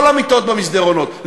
לא למיטות במסדרונות,